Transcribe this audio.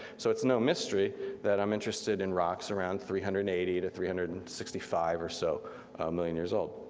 so it's no mystery that i'm interested in rocks around three hundred and eighty to three hundred and sixty five or so million years old.